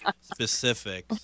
specific